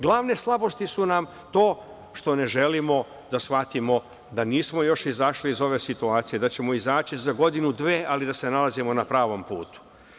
Glavne slabosti su nam to što ne želimo da shvatimo da nismo još izašli iz ove situacije, da ćemo izaći za godinu, dve, ali da se nalazimo na pravom putu.